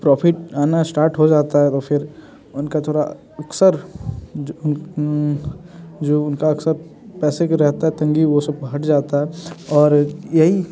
profit आना start हो जाता है तो फिर उनका थोड़ा अक्सर जो जो उनका अक्सर पैसे की रहता है तंगी वो सब हट जाता है और यही